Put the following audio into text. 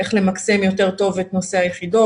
איך למקסם יותר טוב את נושא היחידות.